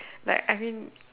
like I mean